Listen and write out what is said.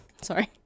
Sorry